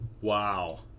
Wow